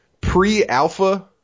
pre-alpha